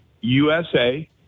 USA